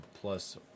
plus